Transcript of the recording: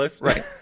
Right